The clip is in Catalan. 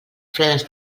fredes